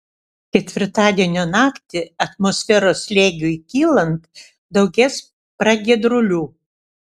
ketvirtadienio naktį atmosferos slėgiui kylant daugės pragiedrulių